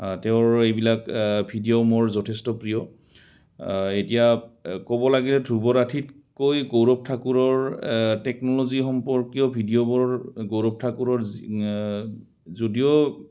তেওঁৰ এইবিলাক ভিডিঅ' মোৰ যথেষ্ট প্ৰিয় এতিয়া ক'ব লাগিলে ধ্ৰুৱ ৰাঠিতকৈ গৌৰৱ ঠাকুৰৰ টেকন'ল'জি সম্পৰ্কীয় ভিডিঅ'বোৰ গৌৰৱ ঠাকুৰৰ যদিও